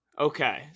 Okay